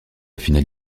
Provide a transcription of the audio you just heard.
finale